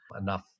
enough